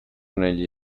negli